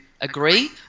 agree